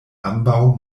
ambaŭ